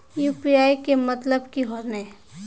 UPI के मतलब की होने?